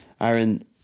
Aaron